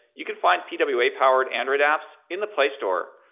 you can find pwa-powered android apps in the play store.